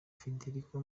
federico